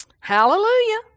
Hallelujah